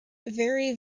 very